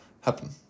happen